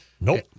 Nope